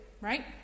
right